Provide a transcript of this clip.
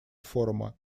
форума